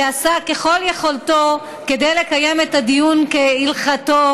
שעשה ככל יכולתו לקיים את הדיון כהלכתו,